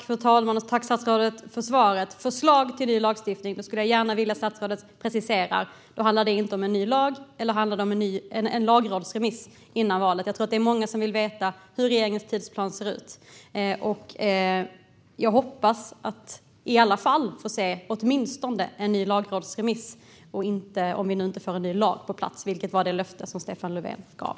Fru talman! Jag tackar statsrådet för svaret. Statsrådet får gärna precisera "förslag till ny lagstiftning". Handlar det om en ny lag eller om en lagrådsremiss innan valet? Jag tror att många vill veta hur regeringens tidsplan ser ut. Jag hoppas få se åtminstone en lagrådsremiss, om vi nu inte får en ny lag på plats, vilket var det löfte Stefan Löfven gav.